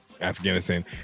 Afghanistan